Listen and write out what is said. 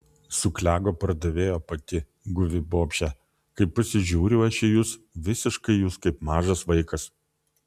suklego pardavėjo pati guvi bobšė kai pasižiūriu aš į jus visiškai jūs kaip mažas vaikas